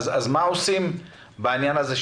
מה עושים בעניין הזה?